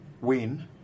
win